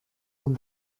man